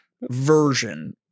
version